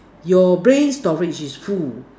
your brain storage is full